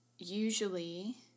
Usually